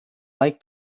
like